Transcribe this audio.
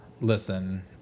Listen